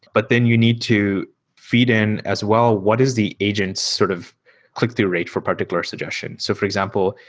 but then you need to feed in as well what is the agent's sort of click through rate for a particular suggestion. so for example,